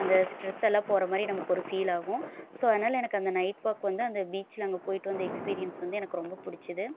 அந்த ஸ்ட்ரெஸெல்லாம் போகிறமாரி நமக்கு ஒரு ஃபீல் ஆகும் ஸோ அதனால் எனக்கு அந்த நைட் வாக் வந்து அந்த பீச்சில் அங்கே போயிட்டு வந்த எக்ஸ்பீரியன்ஸ் வந்து எனக்கு ரொம்ப பிடிச்சுது